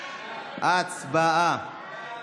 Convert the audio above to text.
הצבעה.